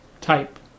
type